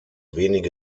wenige